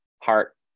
heart